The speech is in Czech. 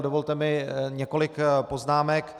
Dovolte mi ale několik poznámek.